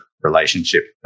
relationship